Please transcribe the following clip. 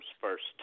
first